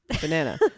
banana